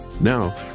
Now